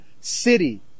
city